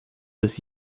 des